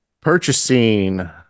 Purchasing